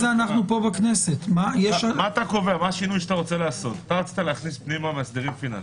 אתה רצית להכניס מאסדרים פיננסיים.